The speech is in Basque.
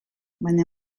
baina